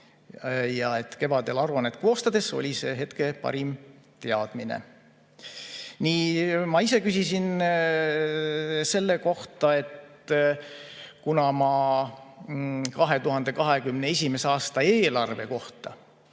Kevadel aruannet koostades oli see hetke parim teadmine. Ma ise küsisin selle kohta – kuna ma 2021. aasta eelarve kohta